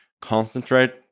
concentrate